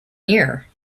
here